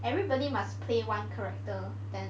everybody must play one character then